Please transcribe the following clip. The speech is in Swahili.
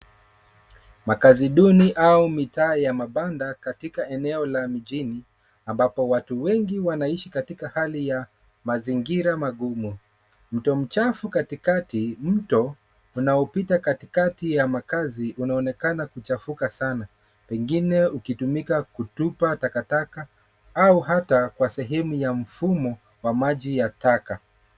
Makazi duni, au mitaa ya mabanda, katika eneo la mjini, ambapo watu wengi wanaishi katika hali ya mazingira magumu. Mto unaopita katikati ya makazi, unaonekana kuchafuka sana, pengine ukitumika kutupa takataka, au hata kwa sehemu ya mfumo, wa maji ya taka.